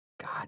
God